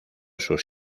sus